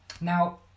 now